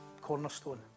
cornerstone